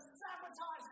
sabotage